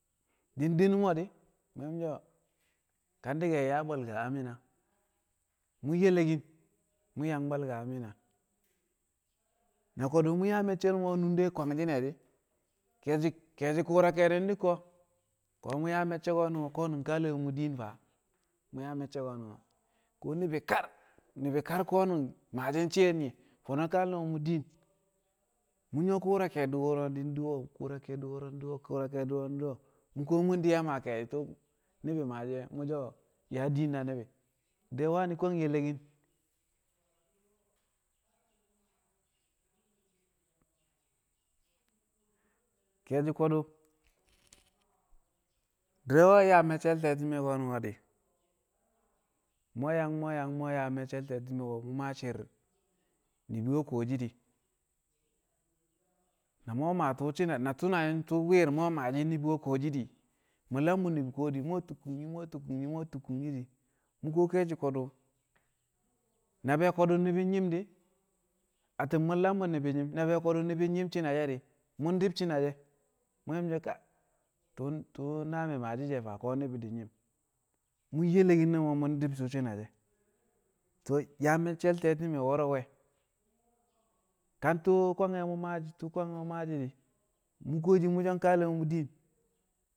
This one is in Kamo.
di̱ di mo̱ mu̱ so̱ kanti̱ ke nyaa bwalka ammi̱na mu̱ yelekin mu̱ yang bwalka ammi̱na na ko̱du̱ mu̱ yaa me̱cce̱l mo̱ a nunde kwangshi̱ne̱ di̱ ke̱e̱shi̱ ke̱e̱shi̱ ku̱u̱ra ke̱e̱di̱ dikko ko̱ mu̱ yaa me̱cce ko ko̱nu̱n kale̱l mo̱ mu̱ din fa mu̱ yaa me̱cce̱ ko̱ ko̱ ni̱bi̱ kar ni̱bi̱ kar konun maake̱l shi̱i̱r nyi fo̱no̱ kale̱ mo̱ mu̱ din mu̱ nyu̱wo̱ ku̱u̱ra ke̱e̱di̱ wo̱ro̱ diwe ku̱u̱ra ke̱e̱di̱ di̱ wo̱ro̱ diwe ku̱u̱ra ke̱e̱di̱ wo̱ro̱ diwe mu̱ kuwo mu̱ di a maa ke̱e̱shi̱ tu̱u̱ ni̱bi̱ maashi̱ e̱ mu̱ so̱ yaa diin na ni̱bi̱ di̱re̱ wani̱ kwang yelekin ke̱e̱shi̱ ko̱du̱ di̱re̱ we̱ yaa me̱ccel te̱ti̱me̱ ko̱ di̱ mu̱ we̱ yang mu̱ we̱ yang mu̱ we̱ yaa me̱ccel te̱ti̱me̱ ko̱ mu̱ maa shi̱i̱r ni̱bi̱ we̱ kuwoshi di̱ na mu̱ we̱ maa shi̱na shi̱ne̱ she̱ tu̱u̱ bwi̱i̱r mu̱ we̱ maashi̱ ni̱bi̱ we̱ kuwoshi di̱ mu̱ lam bu̱ ni̱bi̱ ko̱du̱ mu̱ we̱ tu̱kku̱ shi̱ mu̱ we̱ tu̱kku̱ shi̱ mu̱ we̱ tu̱kku̱ shi̱ di̱ mu̱ kuwo ke̱e̱shi̱ ko̱du̱ na be̱ ko̱du̱ ni̱bi̱ nyi̱m di̱, atti̱n mu̱ lam bu̱ ni̱bi̱ nyi̱m a be̱ ko̱du̱ ni̱bi̱ nyi̱m shi̱ne̱ she̱ di̱ mu̱ dib shi̱ne̱ she̱ mu̱ ye̱shi̱ mu̱ so̱ ka tu̱u̱ tu̱u̱ na mi̱ maashi̱ e̱ fa ko̱ ni̱bi̱ di̱ nyi̱m yelekin ne̱ mo̱ mu̱ di̱b suu shi̱ne̱ she̱ yaa me̱cce̱l te̱ti̱me̱ wo̱ro̱ we̱ ka tu̱u̱ kwange̱ mu̱ maashi̱ tu̱u̱ kwange̱ mu̱ maashi̱ e̱ di̱ mu̱ kuwoshi mu̱ so̱ kale̱ mo̱ mu̱ din